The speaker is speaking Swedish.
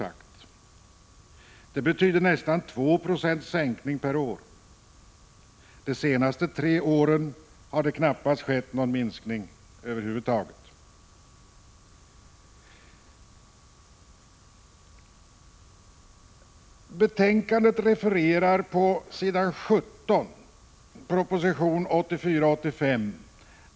Det betyder nästan 2 90 sänkning per år. De senaste tre åren har det knappast skett någon minskning över huvud taget. I betänkandet refereras på s. 17 proposition 1984/85:19.